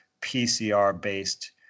PCR-based